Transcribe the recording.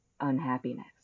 unhappiness